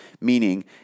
Meaning